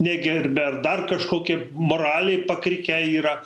negerbia ar dar kažkokia moralė pakrikę yra